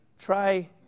Try